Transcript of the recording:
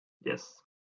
yes